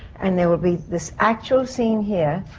and there will be this actual scene here,